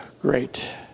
great